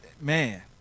man